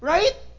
Right